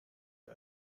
ihr